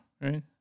right